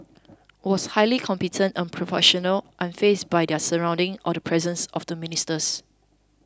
was highly competent and professional unfazed by their surroundings or the presence of the ministers